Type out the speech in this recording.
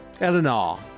Eleanor